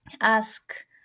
ask